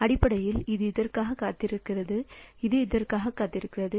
அடிப்படையில் இது இதற்காக காத்திருக்கிறது இது இதற்காக காத்திருக்கிறது